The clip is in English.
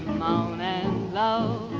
moanin' low,